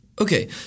Okay